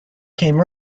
came